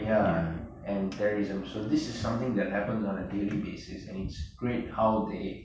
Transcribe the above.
ya and terrorism so this is something that happens on a daily basis and it's great how they